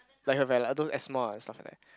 like her lah those asthma or stuff like that